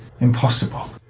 impossible